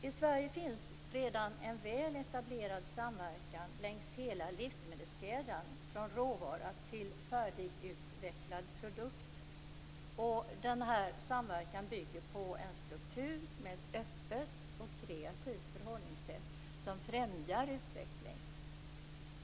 I Sverige finns redan en väl etablerad samverkan längs hela livsmedelskedjan, från råvara till färdigutvecklad produkt. Denna samverkan bygger på en struktur med ett öppet och kreativt förhållningssätt som främjar utveckling.